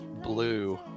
Blue